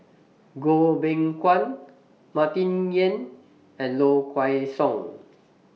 Goh Beng Kwan Martin Yan and Low Kway Song